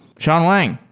shawn wang,